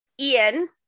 ian